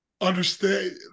understand